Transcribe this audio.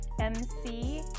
MC